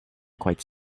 quite